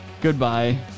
Goodbye